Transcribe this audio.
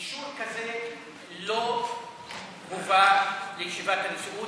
אישור כזה לא הובא לישיבת הנשיאות.